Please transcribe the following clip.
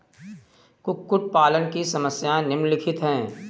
कुक्कुट पालन की समस्याएँ निम्नलिखित हैं